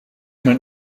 mijn